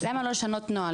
למה לא לשנות נוהל?